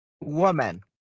woman